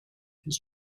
his